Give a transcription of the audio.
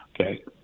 okay